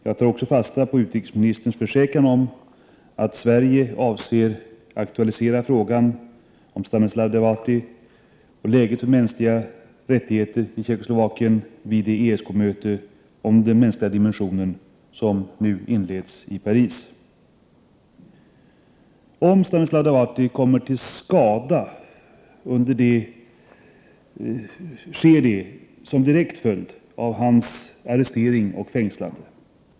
Jag tar också fasta på utrikesministerns försäkran om att Sverige avser att aktualisera frågan om Stanislav Devåty och läget för de mänskliga rättigheterna i Tjeckoslovakien vid det ESK-möte om den mänskliga dimensionen som nu inleds i Paris. Om Stanislav Devåty kommer till skada, sker detta som en direkt följd av hans arrestering och fängslande.